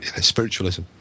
spiritualism